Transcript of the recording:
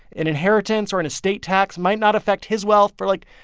an inheritance or an estate tax might not affect his wealth for, like,